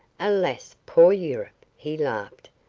alas, poor europe! he laughed.